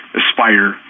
aspire